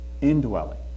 indwelling